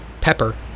Pepper